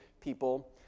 people